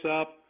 up